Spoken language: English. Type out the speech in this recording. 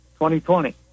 2020